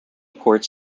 ports